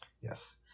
Yes